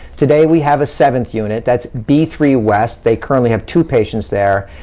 today, we have a seventh unit, that's b three west. they currently have two patients there.